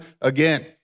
again